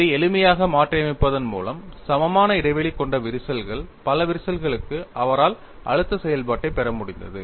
இதை எளிமையாக மாற்றியமைப்பதன் மூலம் சமமான இடைவெளி கொண்ட விரிசல்கள் பல விரிசல்களுக்கு அவரால் அழுத்த செயல்பாட்டைப் பெற முடிந்தது